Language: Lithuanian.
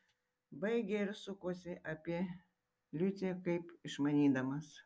baigė ir sukosi apie liucę kaip išmanydamas